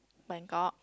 Bangkok